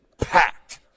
packed